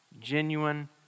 genuine